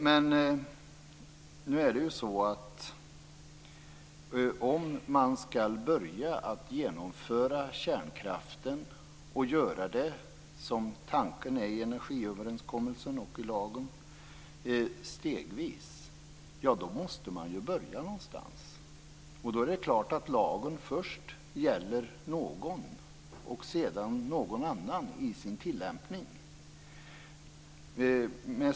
Men om man skall genomföra det här med kärnkraften och, som tanken är i energiöverenskommelsen och i lagen, göra det stegvis, så måste man börja någonstans. Då är det klart att lagen först gäller någon och sedan någon annan i sin tillämpning.